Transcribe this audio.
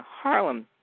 Harlem